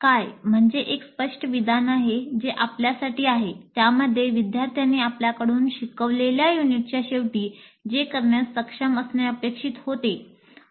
"काय" म्हणजे एक स्पष्ट विधान आहे जे आपल्यासाठी आहे त्यामध्ये विद्यार्थ्यांनी आपल्याकडून शिकवलेल्या युनिटच्या शेवटी जे करण्यास सक्षम असणे अपेक्षित होते